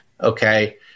okay